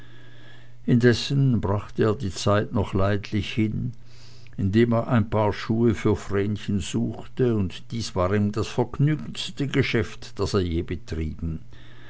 indessen brachte er die zeit noch leidlich hin indem er ein paar schuhe für vrenchen suchte und dies war ihm das vergnügteste geschäft das er je betrieben